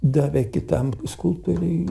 davė kitam skulptoriui